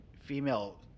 female